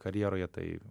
karjeroje tai